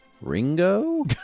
Ringo